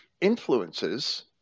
influences